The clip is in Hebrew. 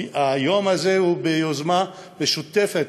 היום הזה הוא ביוזמה משותפת,